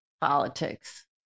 Politics